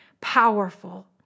powerful